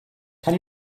can